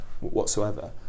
whatsoever